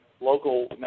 local